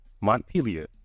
Montpelier